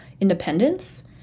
independence